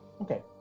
Okay